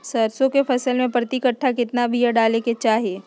सरसों के फसल में प्रति कट्ठा कितना बिया डाले के चाही?